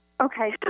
Okay